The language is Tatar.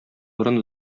борын